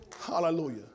Hallelujah